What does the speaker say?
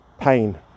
pain